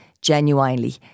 genuinely